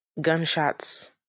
Gunshots